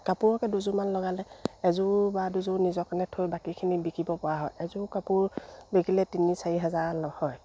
কাপোৰকে দুযোৰমান লগালে এযোৰ বা দুযোৰ নিজৰ কাৰণে থৈ বাকীখিনি বিকিব পৰা হয় এযোৰ কাপোৰ বিকিলে তিনি চাৰি হাজাৰ হয়